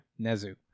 Nezu